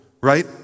Right